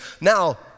Now